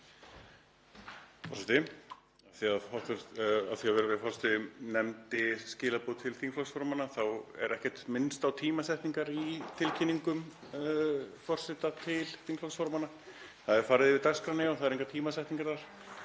Af því að virðulegur forseti nefndi skilaboð til þingflokksformanna þá er ekkert minnst á tímasetningar í tilkynningum forseta til þingflokksformanna. Það er farið yfir dagskrána en þar eru engar tímasetningar.